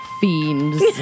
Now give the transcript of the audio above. Fiends